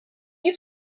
you